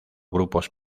grupos